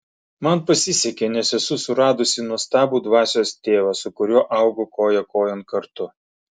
man pasisekė nes esu suradusi nuostabų dvasios tėvą su kuriuo augu koja kojon kartu